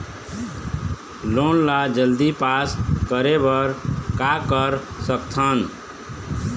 Loan ला जल्दी pass करे बर का कर सकथन?